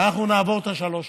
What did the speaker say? ואנחנו נעבור את ה-3.7.